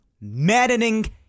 maddening